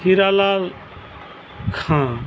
Hiralal ᱠᱷᱟᱸ